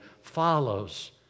follows